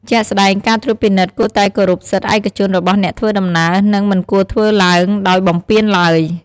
ជាក់ស្ដែងការត្រួតពិនិត្យគួរតែគោរពសិទ្ធិឯកជនរបស់អ្នកធ្វើដំណើរ និងមិនគួរធ្វើឡើងដោយបំពានឡើយ។